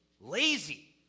lazy